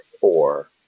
four